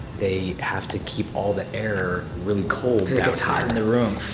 the have to keep all the air really cold. cause it gets hot in the room.